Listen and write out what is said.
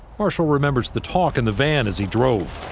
marshall remembers the talk in the van as he drove.